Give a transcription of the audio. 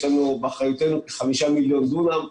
באחריותנו כחמישה מיליון דונם.